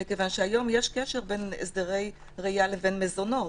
מכיוון שהיום יש קשר בין הסדרי ראייה לבין מזונות.